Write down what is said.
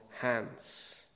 hands